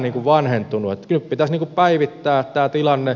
kyllä nyt pitäisi päivittää tämä tilanne